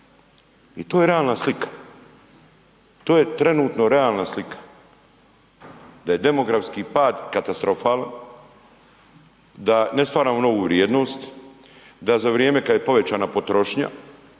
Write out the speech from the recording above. i to je realna slika i to je trenutno realna slika, da je demografski pad katastrofalan, da ne stvaramo novu vrijednost, da za vrijeme kad je povećana potrošnja